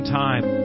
time